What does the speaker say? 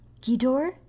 Gidor